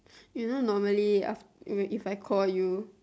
you know normally aft~ if I call you